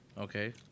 Okay